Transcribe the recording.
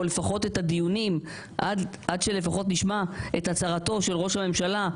לפחות את הדיונים עד שלפחות נשמע את הצהרתו של ראש הממשלה.